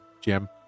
Jim